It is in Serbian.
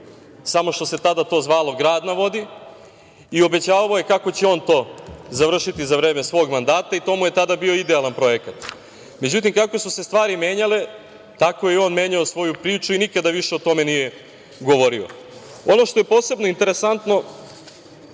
samo što se to tada zvalo „Grad na vodi“ i obećavao je kako će on to završiti za vreme svog mandata i to mu je tada bio idealan projekat. Međutim, kako su se stvari menjale, tako je i on menjao svoju priču i nikada više o tome nije govorio. Ono što je posebno interesantno